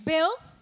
Bills